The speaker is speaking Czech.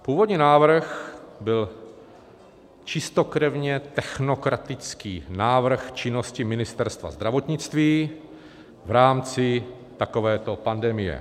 Původní návrh byl čistokrevně technokratický návrh činnosti Ministerstva zdravotnictví v rámci takovéto pandemie.